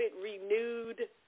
renewed